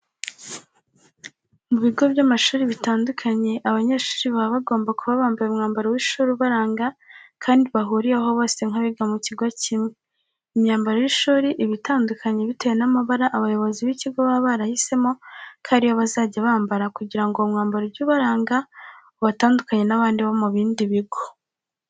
Mu bigo by'amashuri bitandukanye, abanyeshuri baba bagomba kuba bambaye umwambaro w'ishuri ubaranga kandi bahuriyeho bose nk'abiga mu kigo kimwe. Imyambaro y'ishuri iba itandukanye bitewe n'amabara abayobozi b'ikigo baba barahisemo ko ari yo bazajya bambara kugira ngo uwo mwambaro ujye ubaranga ubatandukanye n'abandi bo mu bindi bigo.